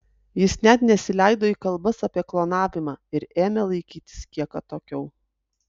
jis net nesileido į kalbas apie klonavimą ir ėmė laikytis kiek atokiau